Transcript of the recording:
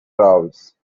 growls